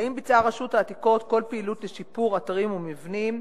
האם ביצעה רשות העתיקות כל פעילות לשיפור אתרים ומבנים,